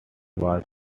was